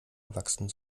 erwachsen